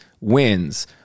wins